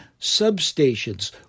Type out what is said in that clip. substations